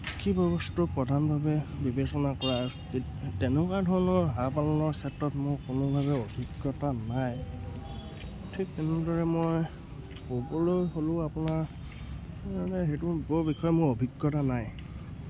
কৃষি বস্তু প্ৰধানভাৱে বিবেচনা কৰা তেনেকুৱা ধৰণৰ হাঁহ পালনৰ ক্ষেত্ৰত মোৰ কোনোভাৱে অভিজ্ঞতা নাই ঠিক তেনেদৰে মই ক'বলৈ হ'লেও আপোনাৰ মানে সেইটো বৰ বিষয়ে মোৰ অভিজ্ঞতা নাই